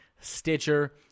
Stitcher